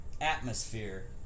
atmosphere